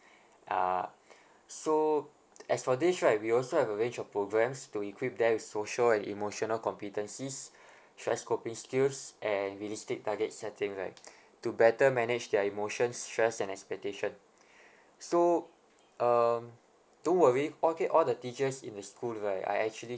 uh so as for this right we also have a range of programmes to equip them with social and emotional competencies stress coping skills and realistic target setting right to better manage their emotions stress and expectation so um don't worry okay all the teachers in the school right are actually